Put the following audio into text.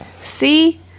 see